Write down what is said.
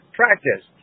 practice